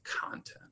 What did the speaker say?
content